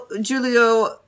julio